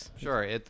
Sure